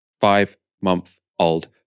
five-month-old